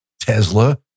Tesla